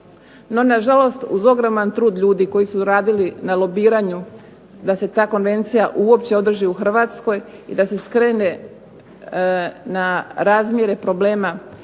No na žalost uz ogroman trud ljudi koji su radili na lobiranju da se ta konvencija uopće održi u Hrvatskoj i da se skrene na razmjere problema minskih